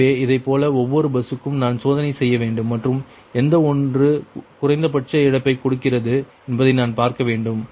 எனவே இதேபோல ஒவ்வொரு பஸ்ஸுக்கும் நான் சோதனை செய்ய வேண்டும் மற்றும் எந்த ஒன்று குறைந்தபட்ச இழப்பை கொடுக்கிறது என்பதை நான் பார்க்க வேண்டும்